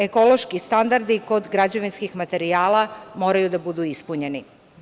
Ekološki standardi kod građevinskih materijala moraju da budu ispunjeni.